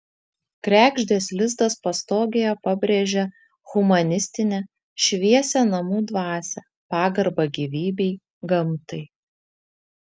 kregždės lizdas pastogėje pabrėžia humanistinę šviesią namų dvasią pagarbą gyvybei gamtai